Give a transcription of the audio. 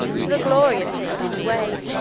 to the glory of taking it away.